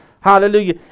Hallelujah